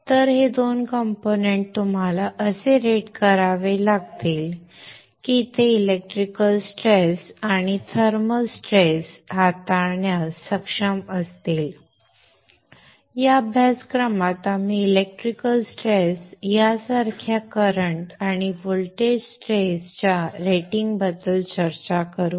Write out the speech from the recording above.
तर हे दोन घटक तुम्हाला असे रेट करावे लागतील की ते इलेक्ट्रिकल् स्ट्रेस आणि थर्मल स्ट्रेस हाताळण्यास सक्षम असतील या अभ्यासक्रमात आम्ही इलेक्ट्रिकल् स्ट्रेस यांसारख्या करंट आणि व्होल्टेज स्ट्रेस च्या रेटिंगबद्दल चर्चा करू